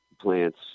plants